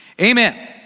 amen